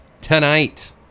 tonight